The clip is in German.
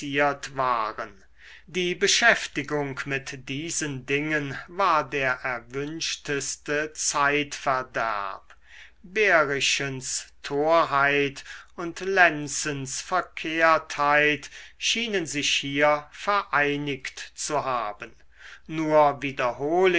waren die beschäftigung mit diesen dingen war der erwünschteste zeitverderb behrischens torheit und lenzens verkehrtheit schienen sich hier vereinigt zu haben nur wiederhole